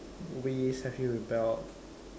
ways have you rebelled